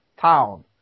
Town